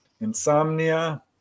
insomnia